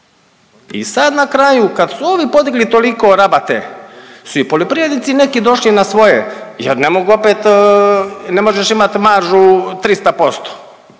I sad na kraju, kad su ovi podigli toliko rabate su i poljoprivrednici neki došli na svoje jer ne mogu opet, ne možeš imati maržu 300%.